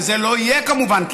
וזה לא יהיה כמובן,